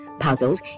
puzzled